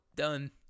done